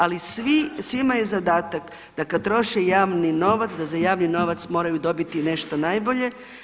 Ali svima je zadatak da kad troše javni novac da za javni novac moraju dobiti nešto najbolje.